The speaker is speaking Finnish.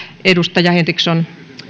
edustaja henriksson